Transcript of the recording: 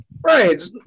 Right